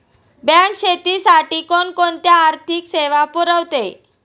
Bank शेतीसाठी कोणकोणत्या आर्थिक सेवा पुरवते?